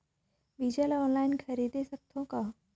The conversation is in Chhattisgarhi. बीजा ला ऑनलाइन खरीदे सकथव कौन?